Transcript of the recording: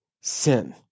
sin